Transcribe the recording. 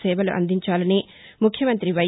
సేవలు అందించాలని ముఖ్యమంతి వై